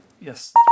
Yes